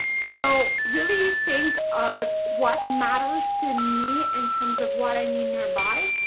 so, really think of what matters to me in terms of what i need nearby,